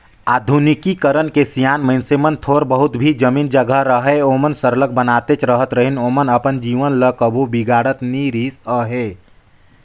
आधुनिकीकरन के सियान मइनसे मन थोर बहुत भी जमीन जगहा रअहे ओमन सरलग बनातेच रहत रहिन ओमन अपन जमीन ल कभू बिगाड़त नी रिहिस अहे